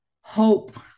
Hope